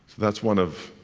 that's one of